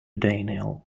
daniel